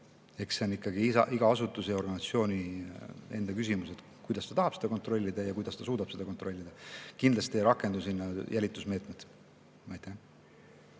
Eks see on iga asutuse ja organisatsiooni enda küsimus, kuidas ta tahab seda infot kontrollida ja kuidas ta suudab seda kontrollida. Kindlasti ei rakendu mingid jälitusmeetmed. Aitäh!